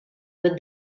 with